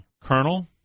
colonel